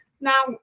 now